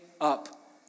up